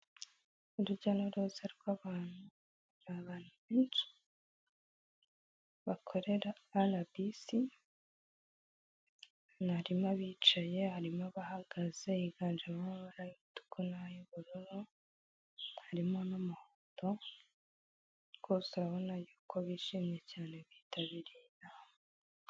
Urujya n'uruza rw'abantu, abantu benshi bakorera arabisi harimo abicaye, harimo abahagaze higanjemo higanjemo amabara y'umutuku nay'ubururu, harimo n'umuhondo rwose urabona y'uko bishimye cyane bitabiriye inama.